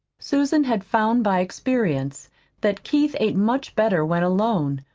susan had found by experience that keith ate much better when alone.